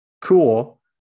Cool